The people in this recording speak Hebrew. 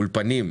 אולפנים,